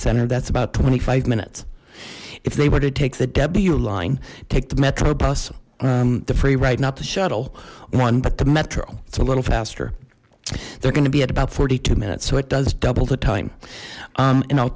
center that's about twenty five minutes if they were to take the w line take the metro bus the free right not the shuttle one but the metro it's a little faster they're going to be at about forty two minutes so it does double the time